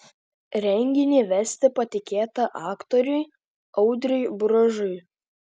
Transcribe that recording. renginį vesti patikėta aktoriui audriui bružui